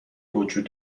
وجود